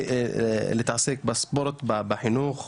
ולהתעסק בספורט, בחינוך,